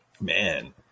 Man